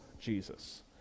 Jesus